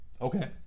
Okay